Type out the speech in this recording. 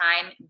time